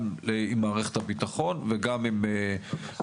גם עם מערכת הביטחון וגם עם התושבים.